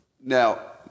Now